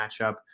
matchup